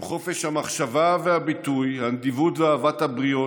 אם חופש המחשבה והביטוי, הנדיבות ואהבת הבריות